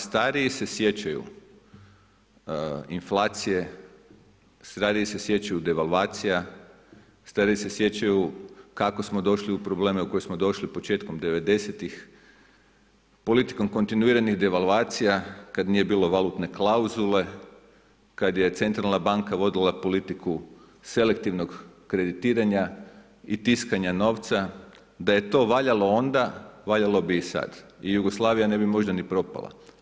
Stariji se sjećaju inflacije, stariji se sjećaju devalvacija, stariji se sjećaju kako smo došli u probleme u koje smo došli početkom '90-ih, politikom kontinuiranih devalvacija, kad nije bilo valutne klauzule, kad je centralna banka vodila politiku selektivnog kreditiranja i tiskanja novca da je to valjalo, valjalo bi i sad i Jugoslavija možda ne bi ni propala.